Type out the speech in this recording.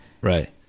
Right